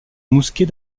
mousquet